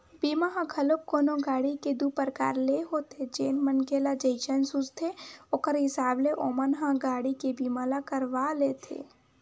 बीमा ह घलोक कोनो गाड़ी के दू परकार ले होथे जेन मनखे ल जइसन सूझथे ओखर हिसाब ले ओमन ह गाड़ी के बीमा ल करवा लेथे